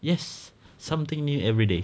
yes something new every day